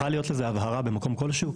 צריכה להיות לזה הבהרה במקום כלשהו,